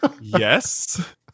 Yes